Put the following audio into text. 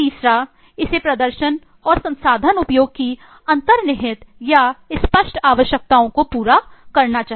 तीसरा इसे प्रदर्शन और संसाधन उपयोग की अंतर्निहित या स्पष्ट आवश्यकताओं को पूरा करना चाहिए